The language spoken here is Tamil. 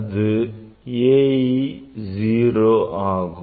அது ae0 ஆகும்